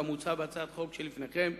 כמוצע בהצעת החוק שלפניכם,